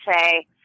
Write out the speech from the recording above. say